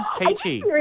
Peachy